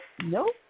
Nope